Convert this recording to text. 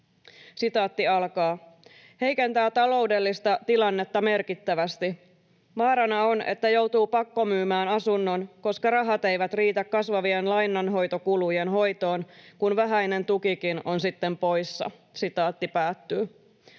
saan ja pystyn.” ”Heikentää taloudellista tilannetta merkittävästi. Vaarana on, että joutuu pakkomyymään asunnon, koska rahat eivät riitä kasvavien lainanhoitokulujen hoitoon, kun vähäinen tukikin on sitten poissa.” ”Olen